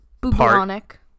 bubonic